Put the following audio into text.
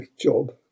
job